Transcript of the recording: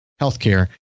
Healthcare